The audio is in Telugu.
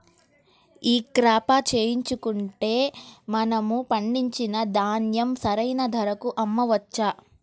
ఈ క్రాప చేయించుకుంటే మనము పండించిన ధాన్యం సరైన ధరకు అమ్మవచ్చా?